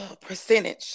percentage